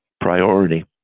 priority